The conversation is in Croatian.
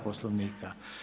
Poslovnika.